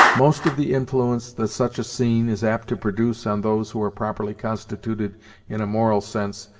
most of the influence that such a scene is apt to produce on those who are properly constituted in a moral sense,